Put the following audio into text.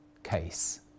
case